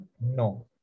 No